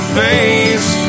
face